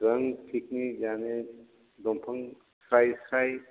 जों पिकनिक जानो दंफां थ्राइ थ्राइ